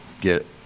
Get